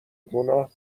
گناه